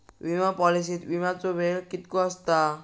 विमा पॉलिसीत विमाचो वेळ कीतको आसता?